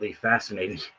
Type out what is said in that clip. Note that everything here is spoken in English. fascinating